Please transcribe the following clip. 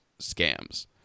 scams